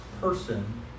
person